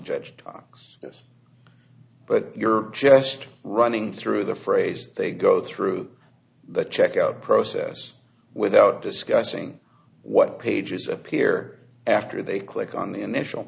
judge talks this but you're just running through the phrase they go through the checkout process without discussing what pages appear after they click on the initial